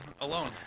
alone